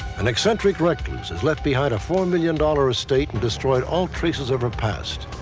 an eccentric recluse has left behind a four million dollars estate and destroyed all traces of her past.